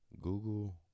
Google